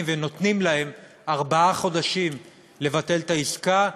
ונותנים להם ארבעה חודשים לבטל את העסקה,